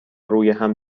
رویهم